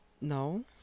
No